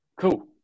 Cool